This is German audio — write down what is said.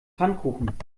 pfannkuchen